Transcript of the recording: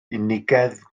unigedd